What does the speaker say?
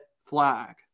flag